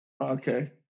Okay